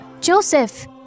Joseph